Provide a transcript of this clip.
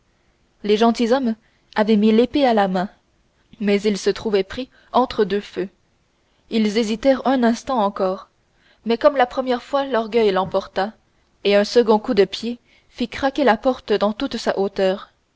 les gentilshommes avaient mis l'épée à la main mais ils se trouvaient pris entre deux feux ils hésitèrent un instant encore mais comme la première fois l'orgueil l'emporta et un second coup de pied fit craquer la porte dans toute sa hauteur